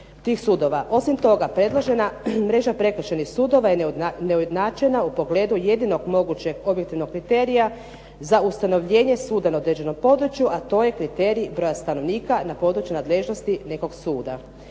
Osim toga, predložena mreža prekršajnih sudova je neujednačena u pogledu jedinog mogućeg objektivnog kriterija za ustanovljenje suda na određenom području, a to je kriterij broja stanovnika na području nadležnosti nekog suda.